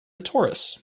torus